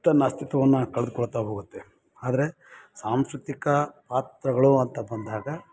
ತನ್ನ ಅಸ್ತಿತ್ವವನ್ನು ಕಳದ್ಕೊಳ್ತಾ ಹೋಗುತ್ತೆ ಆದರೆ ಸಾಂಸ್ಕೃತಿಕ ಪಾತ್ರಗಳು ಅಂತ ಬಂದಾಗ